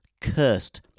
cursed